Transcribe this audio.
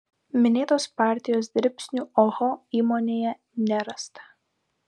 minėtos partijos dribsnių oho įmonėje nerasta